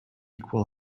equal